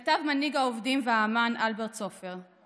כתב מנהיג העובדים והאומן אלברט סופר: